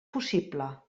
possible